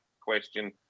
question